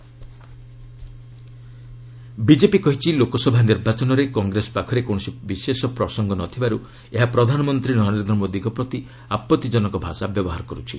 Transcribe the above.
BJP Congress BJP କହିଛି ଲୋକସଭା ନିର୍ବାଚନରେ Congress ପାଖରେ କୌଣସି ବିଶେଷ ପ୍ରସଙ୍ଗ ନ ଥିବାରୁ ଏହା ପ୍ରଧାନମନ୍ତ୍ରୀ ନରେନ୍ଦ୍ର ମୋଦିଙ୍କ ପ୍ରତି ଆପଭିଜନକ ଭାଷା ବ୍ୟବହାର କରୁଛି